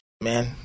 man